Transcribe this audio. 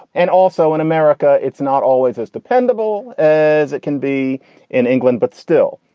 and also in america, it's not always as dependable as it can be in england. but still,